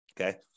Okay